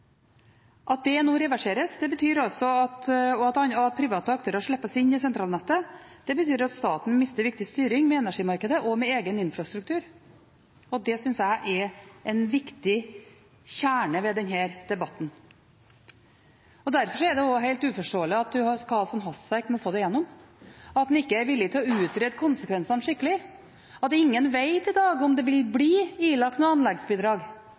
At det nå reverseres, og at private aktører slippes inn i sentralnettet, betyr at staten mister viktig styring over energimarkedet og over egen infrastruktur. Det synes jeg er en viktig kjerne ved denne debatten. Derfor er det også helt uforståelig at en skal ha sånt hastverk med å få det gjennom – at en ikke er villig til å utrede konsekvensene skikkelig, at ingen i dag vet om det vil bli ilagt noe anleggsbidrag,